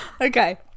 okay